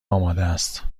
آمادست